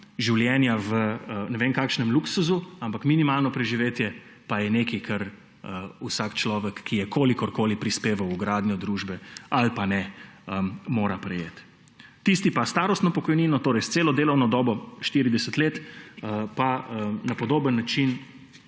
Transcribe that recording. življenja v ne vem kakšnem luksuzu, ampak minimalno preživetje pa je nekaj, kar vsak človek, ki je kolikorkoli prispeval v gradnjo družbe ali ne, mora prejeti. Tisti s starostno pokojnino, torej s celo delovno dobo 40 let, pa na podoben način,